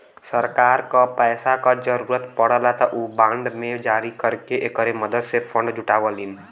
सरकार क पैसा क जरुरत पड़ला त उ बांड के जारी करके एकरे मदद से फण्ड जुटावलीन